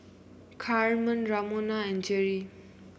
Carmen Ramona and Jerri